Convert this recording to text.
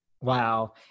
Wow